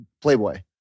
Playboy